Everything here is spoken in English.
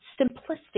simplistic